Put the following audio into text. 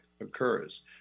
occurs